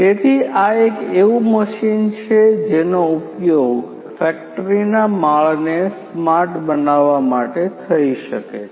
તેથી આ એક એવું મશીન છે જેનો ઉપયોગ ફેક્ટરીના માળને સ્માર્ટ બનાવવા માટે થઈ શકે છે